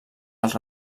als